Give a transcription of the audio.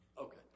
Okay